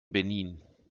benin